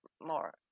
more